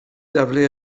daflu